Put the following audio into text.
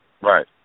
Right